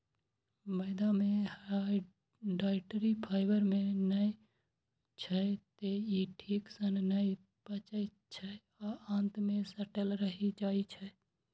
मैदा मे dietary fibre नै होइ छै, तें ई ठीक सं नै पचै छै आ आंत मे सटल रहि जाइ छै